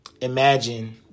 imagine